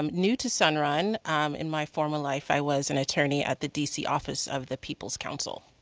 um new to sun run um in my former life i was an attorney at the dc office of the people's council.